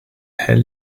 hell